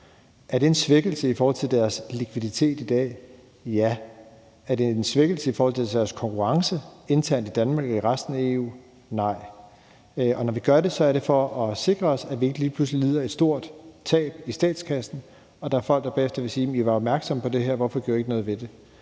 Er det en svækkelse i forhold til deres likviditet i dag? Ja. Er det en svækkelse i forhold til deres konkurrenceevne internt i Danmark og i resten af EU? Nej. Og når vi gør det, er det for at sikre os, at vi ikke lige pludselig lider et stort tab i statskassen, og at der ikke er folk, der bagefter vil sige: Vi var opmærksomme på det her; hvorfor gjorde I ikke noget ved det?